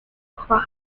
cross